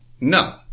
No